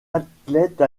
athlète